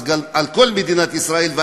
על כל מדינת ישראל,